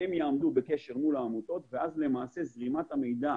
הם יעמדו בקשר מול העמותות ואז זרימת המידע